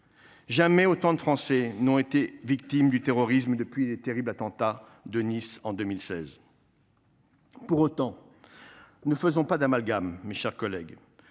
Jamais autant de Français n’ont été victimes du terrorisme depuis les attentats de Nice en 2016. Pour autant, ne faisons pas d’amalgame, mes chers collègues.